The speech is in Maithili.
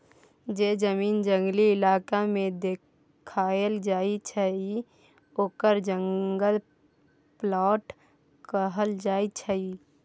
जे जमीन जंगली इलाका में देखाएल जाइ छइ ओकरा जंगल प्लॉट कहल जाइ छइ